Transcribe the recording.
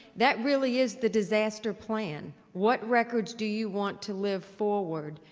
that really is the disaster plan. what records do you want to live forward,